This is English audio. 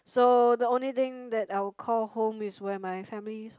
so the only thing I would call home is where my family is